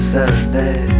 Saturday